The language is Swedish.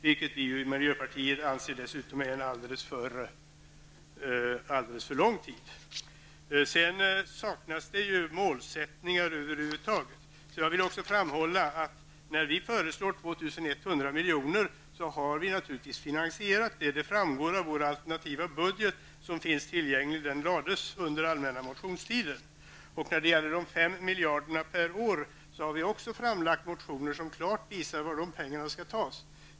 Vi i miljöpartiet anser ju dessutom att en sådan avvecklingstid är alldeles för lång tid. Det saknas över huvud taget målsättningar. Jag vill också framhålla att när miljöpartiet föreslår 2 100 milj.kr., har vi naturligtvis finansierat det. Det framgår av vår alternativa budget som lades fram under den allmänna motionstiden. När det gäller de 5 miljarder kronorna per år har vi också väckt motioner som klart visar varifrån de pengarna skall tas.